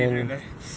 whole family eh